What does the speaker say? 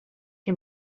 can